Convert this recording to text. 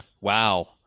Wow